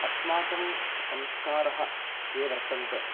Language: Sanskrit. अस्माकं संस्कारः ये वर्तन्ते